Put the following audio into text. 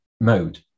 mode